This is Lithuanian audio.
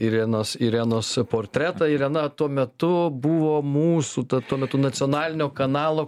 irenos irenos portretą irena tuo metu buvo mūsų ta tuo metu nacionalinio kanalo